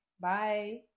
Bye